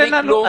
בלי כלום.